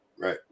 Right